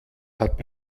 hat